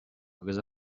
agus